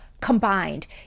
combined